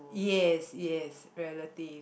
yes yes relatives